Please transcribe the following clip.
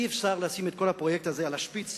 אי-אפשר לשים את כל הפרויקט הזה על השפיץ